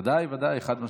ודאי, ודאי, חד-משמעית.